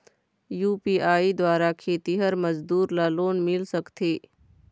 UPI द्वारा खेतीहर मजदूर ला लोन मिल सकथे?